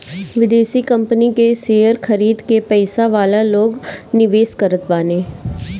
विदेशी कंपनी कअ शेयर खरीद के पईसा वाला लोग निवेश करत बाने